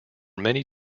many